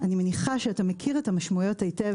אני מניחה שאתה מכיר את המשמעויות היטב